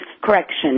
correction